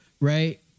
right